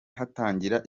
hatangira